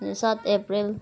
सात अप्रेल